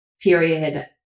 period